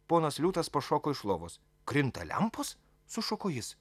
ponas liūtas pašoko iš lovos krinta lempos sušuko jis